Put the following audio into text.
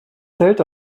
zelt